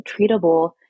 treatable